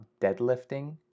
deadlifting